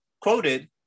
quoted